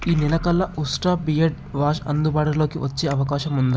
ఈ నెల కల్లా ఉస్ట్రా బియర్డ్ వాష్ అందుబాటులోకి వచ్చే అవకాశం ఉందా